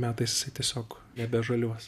metais jisai tiesiog nebežaliuos